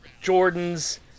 Jordan's